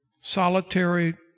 solitary